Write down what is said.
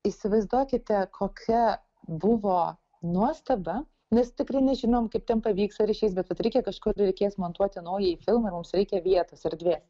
įsivaizduokite kokia buvo nuostaba nes tikrai nežinom kaip ten pavyks ar išeis bet vat reikia kažko reikės montuoti naująjį filmai ir mums reikia vietos erdvės